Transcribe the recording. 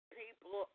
people